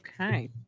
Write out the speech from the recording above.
Okay